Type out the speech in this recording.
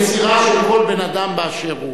יצירה של אדם באשר הוא.